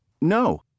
No